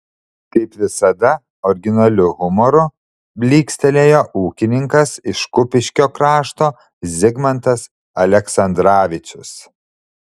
kaip visada originaliu humoru blykstelėjo ūkininkas iš kupiškio krašto zigmantas aleksandravičius